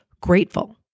grateful